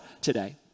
today